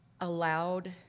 allowed